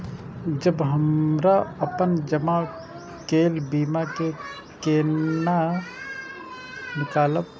जब हमरा अपन जमा केल बीमा के केना निकालब?